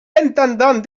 intendant